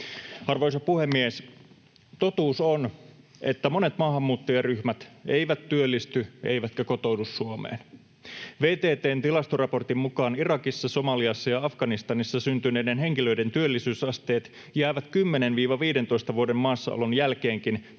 Arvoisa puhemies! Totuus on, että monet maahanmuuttajaryhmät eivät työllisty eivätkä kotoudu Suomeen. VTT:n tilastoraportin mukaan Irakissa, Somaliassa ja Afganistanissa syntyneiden henkilöiden työllisyysasteet jäävät 10—15 vuoden maassaolon jälkeenkin todella